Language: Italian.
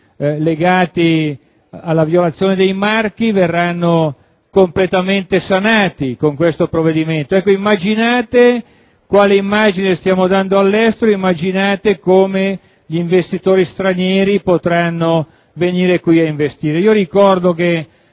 legati alla violazione dei marchi, verranno completamente sanati con questo provvedimento. Pensate quale immagine stiamo dando all'estero e come gli investitori stranieri potranno venire nel nostro Paese ad investire. Ricordo che